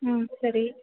ம் சரி